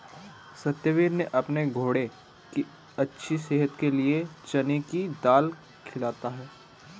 सत्यवीर ने अपने घोड़े की अच्छी सेहत के लिए चने की दाल खिलाता है